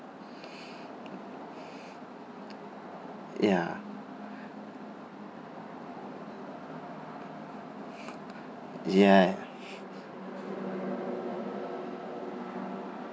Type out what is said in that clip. ya ya